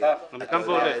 אני קם והולך.